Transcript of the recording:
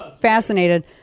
fascinated